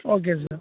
okay sir